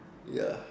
ya